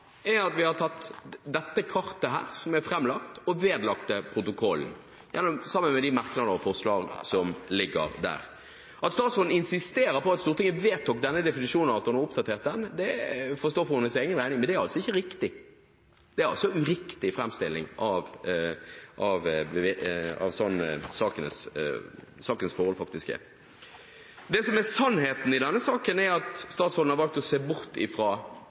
er at vi har tatt dette kartet – som er framlagt – og vedlagt det protokollen sammen med de merknader og forslag som ligger der. At statsråden insisterer på at Stortinget vedtok denne definisjonen, og at hun har oppdatert den, får stå for hennes egen regning, men det er altså ikke riktig. Det er en uriktig framstilling av sånn sakens forhold faktisk er. Det som er sannheten i denne saken, er at statsråden har valgt å se bort